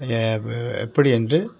எப்பிடி என்று